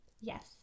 Yes